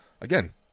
again